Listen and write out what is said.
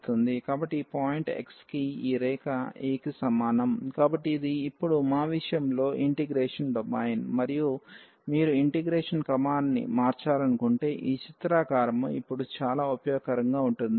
కాబట్టి ఈ point x కి ఈ రేఖ a కి సమానం కాబట్టి ఇది ఇప్పుడు మా విషయంలో ఇంటిగ్రేషన్ డొమైన్ మరియు మీరు ఇంటిగ్రేషన్ క్రమాన్ని మార్చాలనుకుంటే ఈ చిత్ర ఆకారము ఇప్పుడు చాలా ఉపయోగకరంగా ఉంటుంది